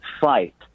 fight